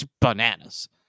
Bananas